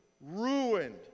ruined